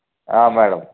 madam